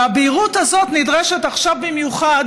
הבהירות הזאת נדרשת עכשיו במיוחד,